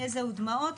יזע ודמעות,